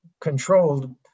controlled